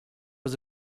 was